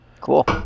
cool